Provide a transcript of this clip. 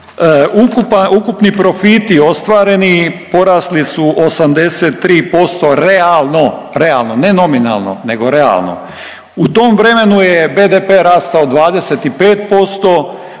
ukupni profiti ostvareni porasli su 83% realno, realno, ne nominalno nego realno. U tom vremenu je BDP rastao 25%,